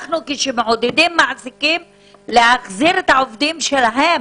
מעודדים מעסיקים להחזיר את העובדים שלהם